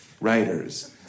writers